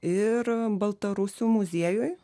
ir baltarusių muziejuj